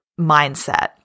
mindset